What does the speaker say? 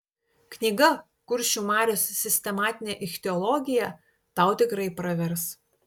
knyga kuršių marios sistematinė ichtiologija tau tikrai pravers